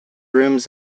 rooms